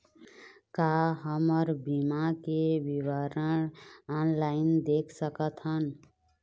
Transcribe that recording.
का हमर बीमा के विवरण ऑनलाइन देख सकथन?